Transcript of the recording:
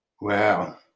Wow